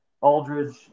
Aldridge